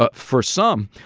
ah for some,